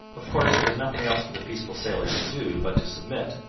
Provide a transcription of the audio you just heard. of course there was nothing else for the peaceful sailors to do but to submit,